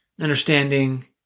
understanding